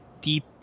deep